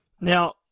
Now